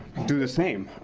do the same.